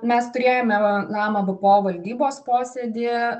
mes turėjome lama bpo valdybos posėdį